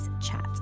chat